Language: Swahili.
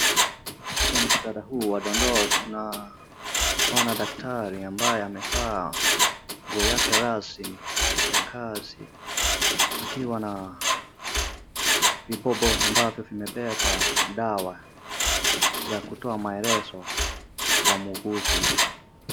Katika muktadha huu wa dondoo tunaona daktari ambaye amevaa nguo yake rasmi ya kazi akiwa na vibobo ambavyo vimebeba dawa ya kutoa maelezo kwa muuguzi.